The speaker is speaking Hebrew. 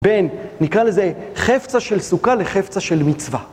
בן, נקרא לזה חפצה של סוכה לחפצה של מצווה.